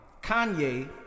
Kanye